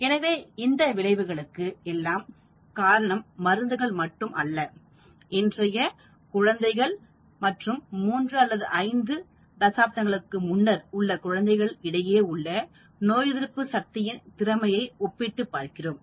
எனவே இந்த விளைவுகளுக்கு எல்லாம் காரணம் மருந்துகள் மட்டுமல்ல இன்றைய குழந்தைகள் மற்றும் மூன்று அல்லது ஐந்து தசாப்தங்களுக்கு முன்னர் உள்ள குழந்தைகள் இடையே உள்ள நோய் எதிர்ப்பு சக்தியின் திறமையை ஒப்பிட்டுப் பார்க்கிறோம்